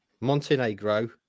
montenegro